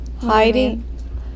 hiding